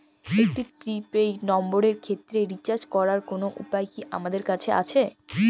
একটি prepaid নম্বরের ক্ষেত্রে রিচার্জ করার কোনো উপায় কি আমাদের আছে?